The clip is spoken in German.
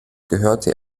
gehörte